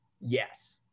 Yes